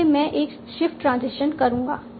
इसलिए मैं एक शिफ्ट ट्रांजिशन करूंगा